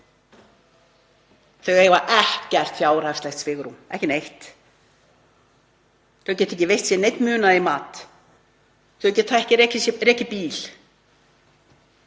Þau hafa ekkert fjárhagslegt svigrúm, ekki neitt. Þau geta ekki veitt sér neinn munað í mat. Þau geta ekki rekið bíl,